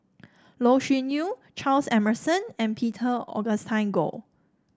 Loh Sin Yun Charles Emmerson and Peter Augustine Goh